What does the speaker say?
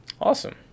Awesome